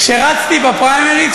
כשרצתי בפריימריז,